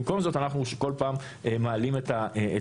במקום זאת אנחנו רואים שכל פעם מעלים את התקן.